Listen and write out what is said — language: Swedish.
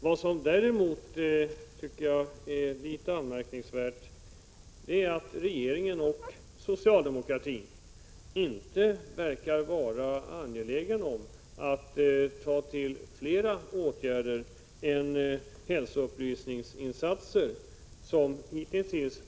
Vad som däremot är litet anmärkningsvärt är att regeringen och socialdemokratin inte verkar vara angelägna att ta till flera åtgärder än hälsoupplysningsinsatser.